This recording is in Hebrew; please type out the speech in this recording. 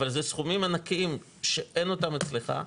אבל זה סכומים ענקיים שאין אותם אצלך.